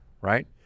right